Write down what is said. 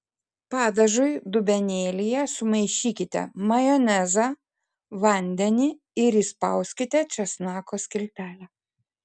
padažui dubenėlyje sumaišykite majonezą vandenį ir įspauskite česnako skiltelę